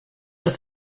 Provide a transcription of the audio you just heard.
der